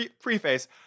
preface –